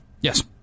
Yes